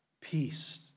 Peace